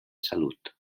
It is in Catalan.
salut